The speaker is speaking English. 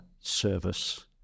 service